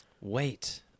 Wait